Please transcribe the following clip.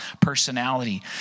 personality